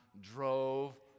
drove